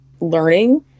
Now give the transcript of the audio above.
learning